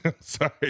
Sorry